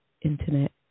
Internet